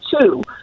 two